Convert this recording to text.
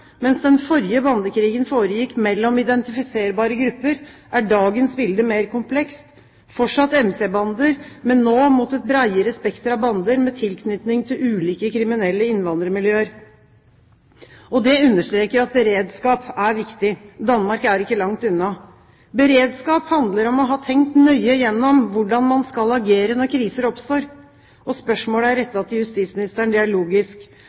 Mens den forrige bandekrigen foregikk mellom identifiserbare grupper, er dagens bilde mer komplekst: fortsatt MC-bander, men nå mot et bredere spekter av bander med tilknytning til ulike kriminelle innvandrermiljøer. Det understreker at beredskap er viktig. Danmark er ikke langt unna. Beredskap handler om å ha tenkt nøye gjennom hvordan man skal agere når kriser oppstår. Spørsmålet er